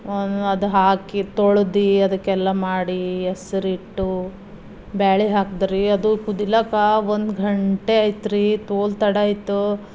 ಆಮೇಲೆ ಅದು ಹಾಕಿ ತೊಳ್ದು ಅದಕ್ಕೆಲ್ಲ ಮಾಡಿ ಹೆಸರಿಟ್ಟು ಬ್ಯಾಳಿ ಹಾಕ್ದೆ ರೀ ಅದು ಕುದಿಲಕ ಒಂದು ಗಂಟಿ ಆಯ್ತ್ರೀ ತೋಲ್ ತಡ ಆಯ್ತು